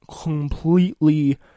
completely